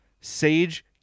sage